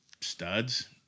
studs